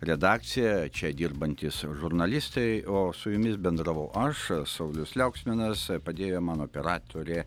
redakcija čia dirbantys žurnalistai o su jumis bendravau aš saulius liauksminas padėjo man operatorė